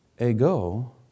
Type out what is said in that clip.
ego